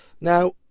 now